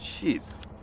jeez